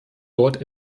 dort